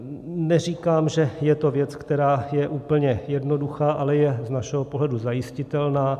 Neříkám, že je to věc, která je úplně jednoduchá, ale je z našeho pohledu zajistitelná.